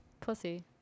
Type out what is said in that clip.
pussy